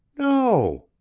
no!